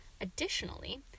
Additionally